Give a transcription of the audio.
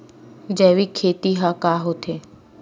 जैविक खेती ह का होथे?